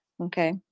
Okay